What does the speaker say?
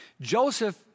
Joseph